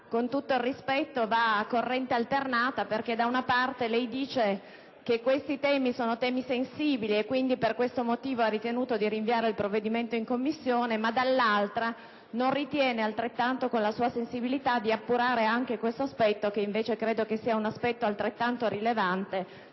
con tutto il rispetto, va a corrente alternata, perché da una parte lei dice che quelli in esame sono temi sensibili, e per questo motivo ha ritenuto di rinviare il provvedimento in Commissione, ma dall'altra non ritiene di dover appurare, con la sua sensibilità, anche questo aspetto, che credo sia altrettanto rilevante,